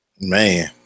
man